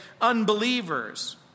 unbelievers